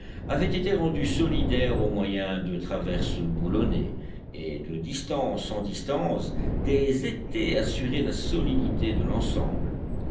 avaient été rendus solidaires au moyen de traverses boulonnées et de distance en distance des étais assuraient la solidité de l'ensemble